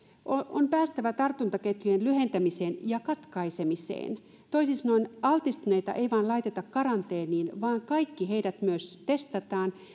on päästävä tartuntaketjujen lyhentämiseen ja katkaisemiseen toisin sanoen altistuneita ei vain laiteta karanteeniin vaan kaikki heidät myös testataan